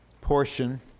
Portion